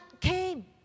came